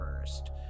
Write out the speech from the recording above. first